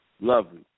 Lovely